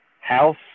house